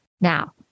Now